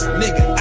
nigga